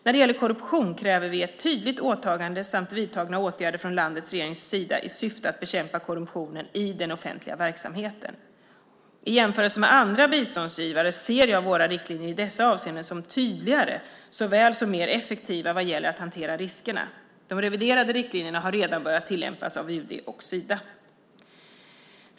När det gäller korruption kräver vi ett tydligt åtagande samt vidtagna åtgärder från landets regerings sida i syfte att bekämpa korruptionen i den offentliga verksamheten. I jämförelse med andra biståndsgivare ser jag våra riktlinjer i dessa avseenden som tydligare såväl som mer effektiva vad gäller att hantera riskerna. De reviderade riktlinjerna har redan börjat tillämpas av UD och Sida.